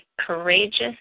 courageous